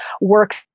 works